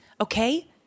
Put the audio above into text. okay